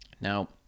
Now